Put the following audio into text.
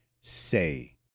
say